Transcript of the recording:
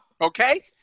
okay